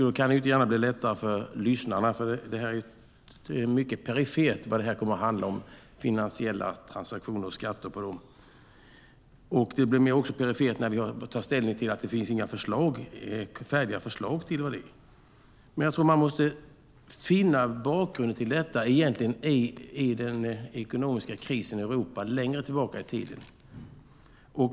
Då kan det inte gärna bli lättare för lyssnarna, för det är mycket perifert vad finansiella transaktioner och skatter på dem kommer att handla om. Det blir också mer perifert när det inte finns några färdiga förslag för oss att ta ställning till. Jag tror att man egentligen måste finna bakgrunden till detta i den ekonomiska krisen i Europa längre tillbaka i tiden.